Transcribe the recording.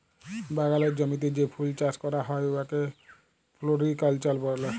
বাগালের জমিতে যে ফুল চাষ ক্যরা হ্যয় উয়াকে ফোলোরিকাল্চার ব্যলে